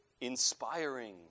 inspiring